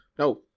No